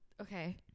Okay